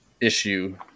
issue